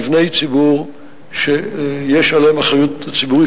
מבני ציבור שיש עליהם אחריות ציבורית,